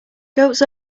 goats